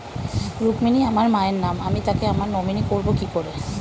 রুক্মিনী আমার মায়ের নাম আমি তাকে আমার নমিনি করবো কি করে?